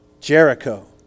Jericho